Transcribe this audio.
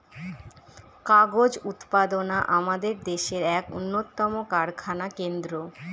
কাগজ উৎপাদনা আমাদের দেশের এক উন্নতম কারখানা কেন্দ্র